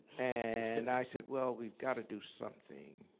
and i said, well, we've gotta do something.